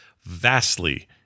vastly